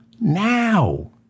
now